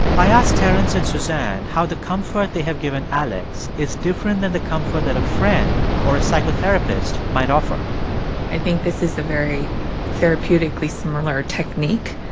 i ask terence and suzanne how the comfort they have given alex is different than the comfort that a friend or a psychotherapist might offer i think this is a very therapeutically similar technique.